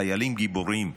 חיילים גיבורים,